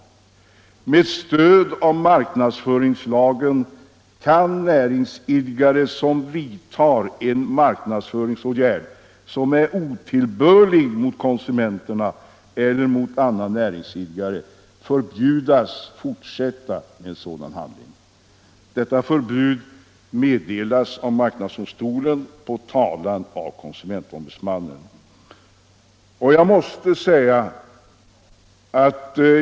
Med stöd av marknadsföringslagen kan näringsidkare som vidtar en marknadsföringsåtgärd som är otillbörlig mot konsumenterna eller mot annan näringsidkare förbjudas att fortsätta med sådan hantering. Detta förbud meddelas av marknadsdomstolen på talan av konsumentombudsmannen.